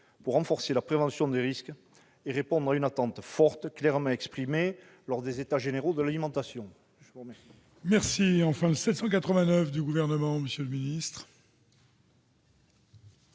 pour renforcer la prévention des risques et répondre à une attente forte, clairement exprimée lors des États généraux de l'alimentation.